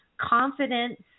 Confidence